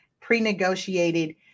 pre-negotiated